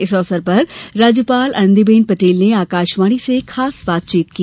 इस अवसर पर राज्यपाल आनंदी बेन पटेल ने आकाशवाणी से खास बातचीत की